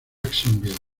jacksonville